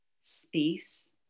space